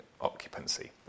occupancy